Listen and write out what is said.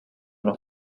una